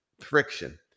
Friction